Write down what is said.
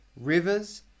rivers